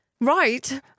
Right